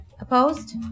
Opposed